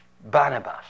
Barnabas